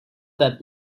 that